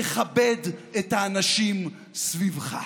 תכבד את האנשים סביבך.